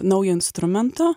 naujo instrumento